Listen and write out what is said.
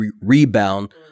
rebound